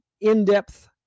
in-depth